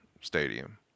stadium